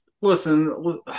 Listen